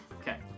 Okay